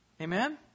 Amen